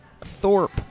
Thorpe